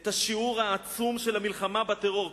את השיעור העצום של המלחמה בטרור,